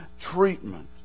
treatment